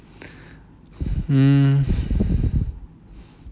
hmm